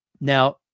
Now